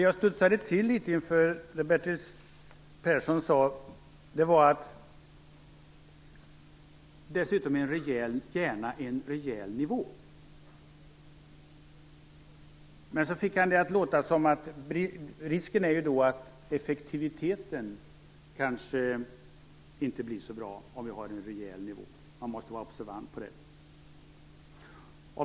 Jag studsade dock till litet grand när Bertil Persson sade: Dessutom gärna en rejäl nivå. Men sedan fick han det att låta som om effektiviteten riskerar att bli mindre bra om vi har en rejäl nivå. Det måste man vara observant på.